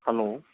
hello